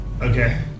Okay